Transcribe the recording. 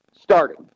Starting